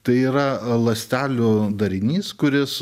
tai yra ląstelių darinys kuris